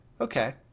Okay